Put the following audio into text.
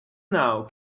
now